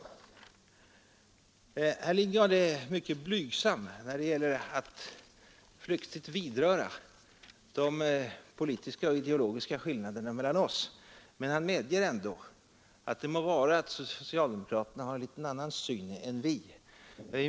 Herr Lidgard är mycket blygsam när det gäller att flyktigt vidröra de politiska och ideologiska skillnaderna mellan oss, men han medger ändå att socialdemokraterna har en något annan syn på dessa frågor än moderaterna.